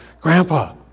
Grandpa